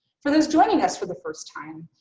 for those joining us for the first time,